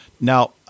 Now